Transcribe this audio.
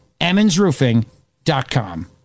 EmmonsRoofing.com